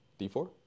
D4